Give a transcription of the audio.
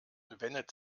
wendet